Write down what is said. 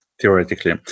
theoretically